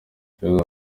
ikibazo